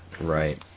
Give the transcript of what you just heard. Right